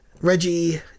Reggie